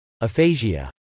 aphasia